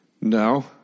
No